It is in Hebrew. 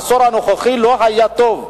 העשור הנוכחי לא היה טוב: